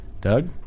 doug